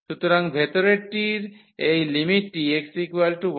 সুতরাং ভিতরেরটির এই লিমিটটি x y থেকে হয়